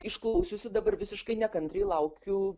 išklausiusi dabar visiškai nekantriai laukiu